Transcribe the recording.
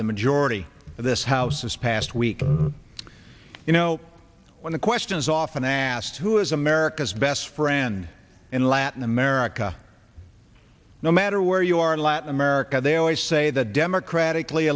the majority of this house this past week you know when the question is often asked who is america's best friend in latin america no matter where you are in latin america they always say the democratically